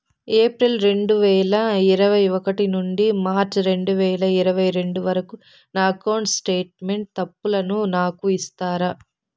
April రెండు వేల ఇరవై ఒకటి నుండి మార్చ్ రెండు వేల ఇరవై రెండు వరకు నా అకౌంట్ స్టేట్మెంట్ తప్పులను నాకు ఇస్తారా?